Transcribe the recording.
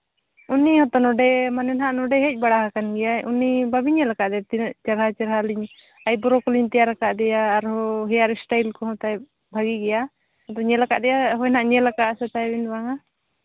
ᱩᱱᱤ ᱦᱚᱸᱛᱚ ᱱᱚᱰᱮ ᱢᱟᱱᱮ ᱦᱟᱸᱜ ᱱᱚᱰᱮ ᱦᱮᱡ ᱵᱟᱲᱟ ᱟᱠᱟᱱ ᱜᱮᱭᱟᱭ ᱩᱱᱤ ᱵᱟᱵᱮᱱ ᱧᱮᱞ ᱠᱟᱫᱮ ᱛᱤᱱᱟᱹᱜ ᱪᱮᱦᱨᱟ ᱪᱮᱦᱨᱟ ᱞᱤᱧ ᱟᱭᱵᱨᱳ ᱠᱚᱞᱤᱧ ᱛᱮᱭᱟᱨ ᱠᱟᱫᱮᱭᱟ ᱟᱨ ᱦᱮᱭᱟᱨ ᱥᱴᱟᱭᱤᱞ ᱠᱚᱦᱚᱸ ᱛᱟᱭ ᱵᱷᱟᱜᱮ ᱜᱮᱭᱟ ᱟᱫᱚ ᱧᱮᱞ ᱠᱟᱫᱮᱭᱟ ᱥᱮ ᱵᱟᱝᱟ